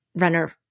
runner